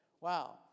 Wow